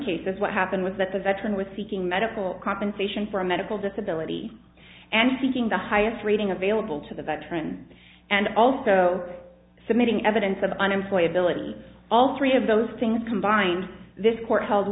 cases what happened was that the veteran with seeking medical compensation for a medical disability and seeking the highest rating available to the veteran and also submitting evidence of an employee ability all three of those things combined this court h